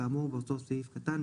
כאמור באותו הסעיף הקטן,